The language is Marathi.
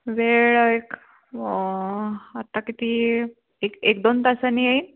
वेळ एक आत्ता किती एक एक दोन तासांनी येईन